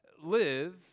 live